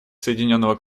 соединенного